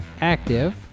active